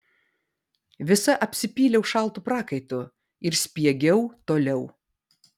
visa apsipyliau šaltu prakaitu ir spiegiau toliau